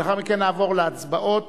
לאחר מכן נעבור להצבעות,